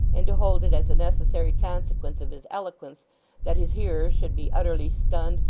and to hold it as a necessary consequence of his eloquence that his hearer should be utterly stunned,